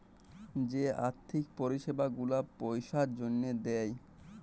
যে আথ্থিক পরিছেবা গুলা পইসার জ্যনহে দেয়